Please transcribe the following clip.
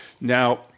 Now